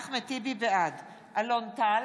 בעד אלון טל,